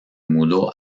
mudó